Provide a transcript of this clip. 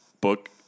book